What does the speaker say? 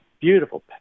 beautiful